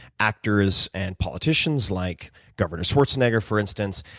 actors, and politicians, like governor schwarzenegger for instance,